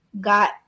got